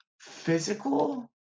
physical